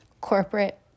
corporate